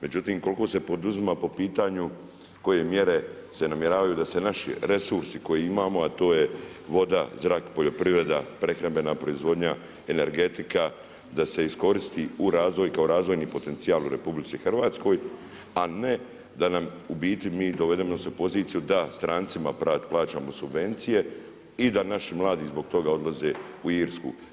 Međutim, koliko se poduzima po pitanju koje mjere se namjeravaju da se naši resursi koje imamo a to je voda, zrak, poljoprivreda, prehrambena proizvodnja, energetika da se iskoristi u razvoju kao razvojni potencijal u RH a ne da nam, u biti mi dovedemo se u poziciju da strancima plaćamo subvencije i da naši mladi zbog toga odlaze u Irsku.